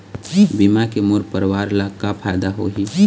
बीमा के मोर परवार ला का फायदा होही?